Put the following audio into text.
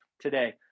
today